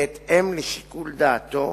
בהתאם לשיקול דעתו,